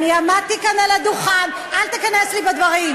אני עמדתי כאן על הדוכן, אל תיכנס לי בדברים.